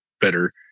better